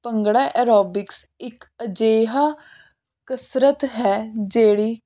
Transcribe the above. bhangra aerobics ਇੱਕ ਅਜਿਹਾ ਕਸਰਤ ਹੈ ਜਿਹੜੀ